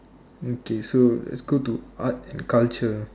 okay so it's good to ask culture